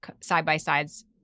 side-by-sides –